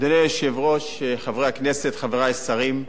אדוני היושב-ראש, חברי הכנסת, חברי השרים,